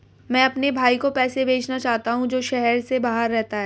मैं अपने भाई को पैसे भेजना चाहता हूँ जो शहर से बाहर रहता है